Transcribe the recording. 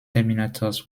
terminators